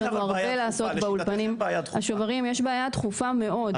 יש בעיה דחופה מאוד.